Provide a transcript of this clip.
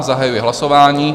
Zahajuji hlasování.